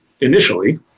initially